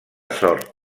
sort